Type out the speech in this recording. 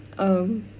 um